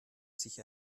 sich